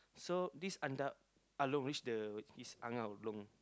so this Andak Along reach the his Angah Long